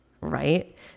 right